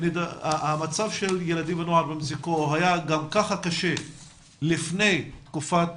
המצב של ילדים ונוער במצוקה גם כך היה קשה לפני תקופת